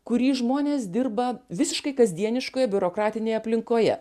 kurį žmonės dirba visiškai kasdieniškoje biurokratinėje aplinkoje